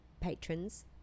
patrons